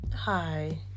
Hi